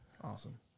Awesome